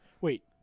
Wait